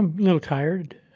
you know tired,